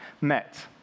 met